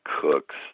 cooks